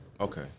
Okay